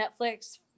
Netflix